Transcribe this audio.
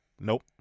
nope